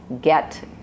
get